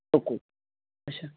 اَچھا